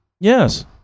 Yes